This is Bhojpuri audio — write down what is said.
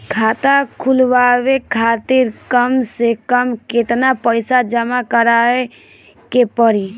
खाता खुलवाये खातिर कम से कम केतना पईसा जमा काराये के पड़ी?